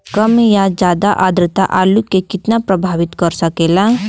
कम या ज्यादा आद्रता आलू के कितना प्रभावित कर सकेला?